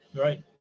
Right